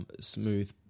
smooth